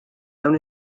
dawn